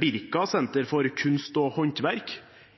Birka, nasjonalt senter for kunst og håndverk.